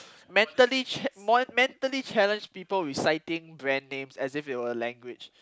mentally ch~ mo~ mentally challenged people reciting brand names as if it were a language